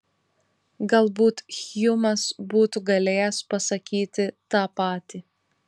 galbūt hjumas būtų galėjęs pasakyti tą patį